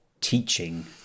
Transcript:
teaching